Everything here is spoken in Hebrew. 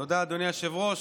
תודה, אדוני היושב-ראש.